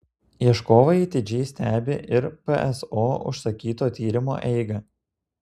ieškovai atidžiai stebi ir pso užsakyto tyrimo eigą